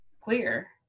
queer